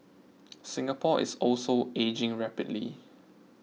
Singapore is also ageing rapidly